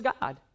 God